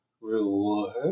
reward